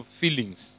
feelings